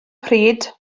pryd